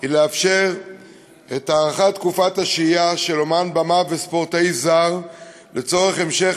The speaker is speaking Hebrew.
היא לאפשר את הארכת תקופת השהייה של אמן במה וספורטאי זרים לצורך המשך